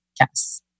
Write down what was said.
yes